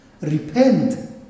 repent